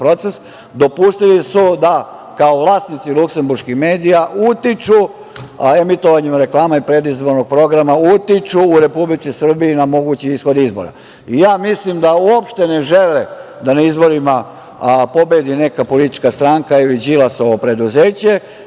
proces dopustili su da, kao vlasnici luksemburških medija, utiču emitovanjem reklama i predizbornog programa u Republici Srbiji na mogući ishod izbora. Mislim da uopšte ne žele da na izborima pobedi neka politička stranka ili Đilasovo preduzeće,